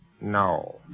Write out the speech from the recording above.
No